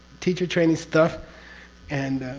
teacher training stuff and.